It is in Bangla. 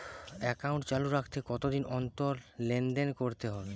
একাউন্ট চালু রাখতে কতদিন অন্তর লেনদেন করতে হবে?